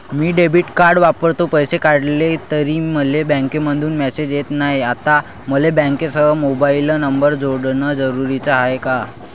मी debit card वापरतो, पैसे काढले तरी मले बँकेमंधून मेसेज येत नाय, आता मले बँकेसंग मोबाईल नंबर जोडन जरुरीच हाय का?